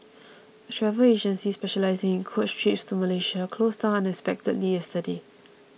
a travel agency specialising in coach trips to Malaysia closed down unexpectedly yesterday